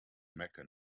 mecca